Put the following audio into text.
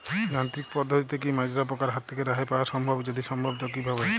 যান্ত্রিক পদ্ধতিতে কী মাজরা পোকার হাত থেকে রেহাই পাওয়া সম্ভব যদি সম্ভব তো কী ভাবে?